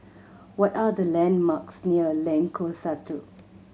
what are the landmarks near Lengkok Satu